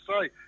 say